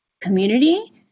community